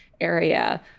area